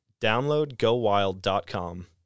DownloadGoWild.com